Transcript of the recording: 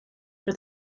for